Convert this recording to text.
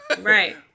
Right